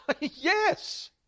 Yes